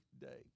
day